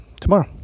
tomorrow